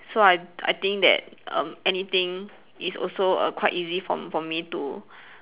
so I I think that um anything is also err quite easy for for me to